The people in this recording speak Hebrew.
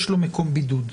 יש לו מקום בידוד,